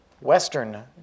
Western